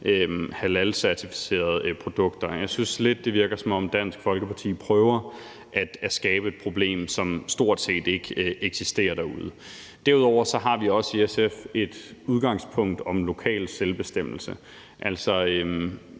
halalcertificerede produkter. Jeg synes lidt, det virker, som om Dansk Folkeparti prøver at skabe et problem, som stort set ikke eksisterer derude. Derudover har vi også i SF et udgangspunkt om lokal selvbestemmelse.